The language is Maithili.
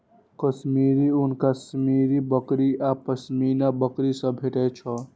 कश्मीरी ऊन कश्मीरी बकरी आ पश्मीना बकरी सं भेटै छै